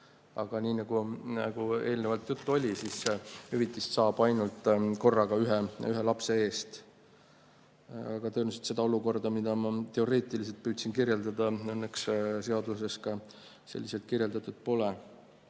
Aga nii nagu eelnevalt juttu oli, siis hüvitist saab korraga ainult ühe lapse eest. Tõenäoliselt seda olukorda, mida ma teoreetiliselt püüdsin kirjeldada, õnneks seaduses selliselt kirjeldatud pole.